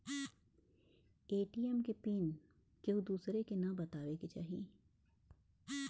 ATM के PIN केहू दुसरे के न बताए के चाही